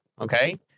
okay